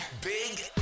big